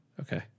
Okay